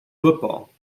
football